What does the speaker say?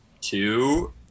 two